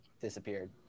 disappeared